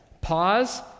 Pause